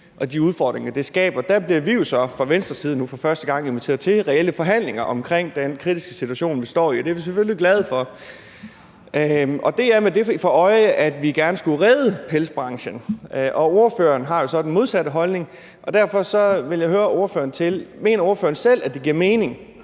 og de udfordringer, det skaber, bliver vi jo så fra Venstres side for første gang inviteret til reelle forhandlinger omkring den kritiske situation, man står i, og det er vi selvfølgelig glade for, og det er med det for øje, at vi gerne skulle redde pelsbranchen, og ordføreren har jo så den modsatte holdning. Derfor vil jeg høre ordføreren: Mener ordføreren selv, at det giver mening